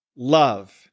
love